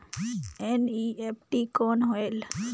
NEFT कौन होएल?